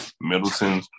Middleton